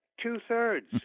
two-thirds